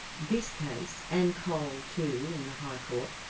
this case, and cole too, in the high court,